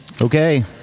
Okay